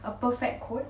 a perfect quote